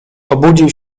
obudził